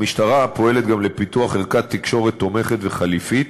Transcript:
המשטרה פועלת גם לפיתוח ערכת תקשורת תומכת וחלופית